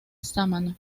sámano